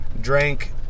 Drank